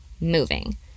moving